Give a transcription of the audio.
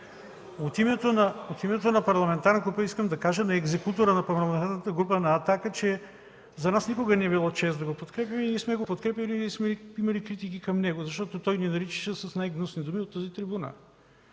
От името на парламентарната група искам да кажа на екзекутора на Парламентарната група на „Атака”, че за нас никога не е било чест да го подкрепяме и не сме го подкрепяли, имали сме критики към него, защото той ни наричаше с най-гнусни думи от тази трибуна.